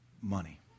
money